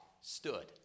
stood